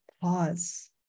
pause